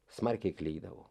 smarkiai klydau